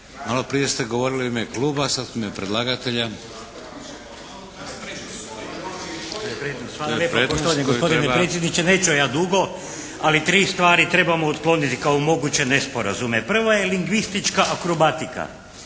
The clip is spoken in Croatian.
razumije se./ … **Lesar, Dragutin (HNS)** Hvala lijepa poštovani gospodine predsjedniče. Neću ja dugo. Ali tri stvari trebamo otkloniti kao moguće nesporazume. Prva je lingvistička akrobatika